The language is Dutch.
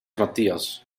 matthias